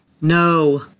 No